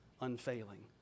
unfailing